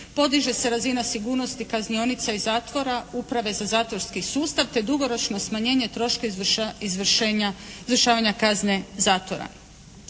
podiže se razina sigurnosti kaznionice i zatvora, uprave za zatvorski sustav te dugoročno smanjenje troškova izvršavanja kazne zatvora.